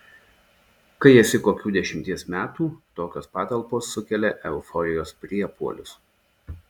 kai esi kokių dešimties metų tokios patalpos sukelia euforijos priepuolius